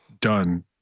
done